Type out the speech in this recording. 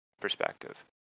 perspective